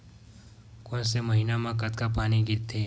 कोन से महीना म कतका पानी गिरथे?